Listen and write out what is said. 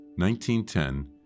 1910